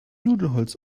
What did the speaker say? nudelholz